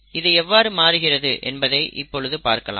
இது எவ்வாறு மாறுகிறது என்பதை இப்பொழுது பார்க்கலாம்